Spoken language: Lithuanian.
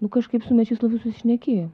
nu kažkaip su mečislovu sušnekėjo